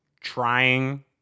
trying